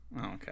Okay